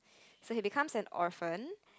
so he becomes an orphan